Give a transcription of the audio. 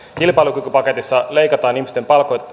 kilpailukykypaketissa leikataan ihmisten